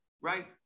Right